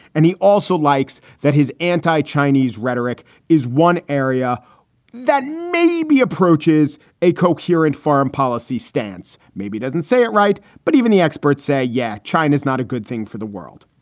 and he also likes that his anti chinese rhetoric is one area that maybe approaches a coherent foreign policy stance, maybe doesn't say it right. but even the experts say, yeah, china's not a good thing for the world.